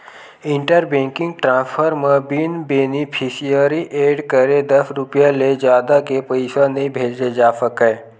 inter banking transfer म बिन beneficiary add करे दस रूपिया ले जादा के पइसा नइ भेजे जा सकय